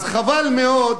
אז חבל מאוד.